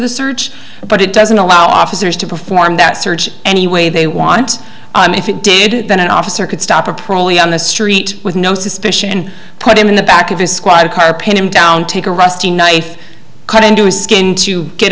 the search but it doesn't allow officers to perform that search any way they want and if it did then an officer could stop or probably on the street with no suspicion put him in the back of his squad car pinned him down take a rusty knife cut into his skin to get